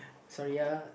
sorry uh